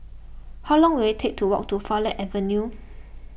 how long will it take to walk to Farleigh Avenue